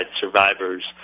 survivors